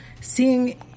seeing